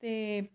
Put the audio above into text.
ਅਤੇ